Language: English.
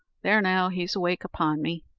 there now, he's awake upon me.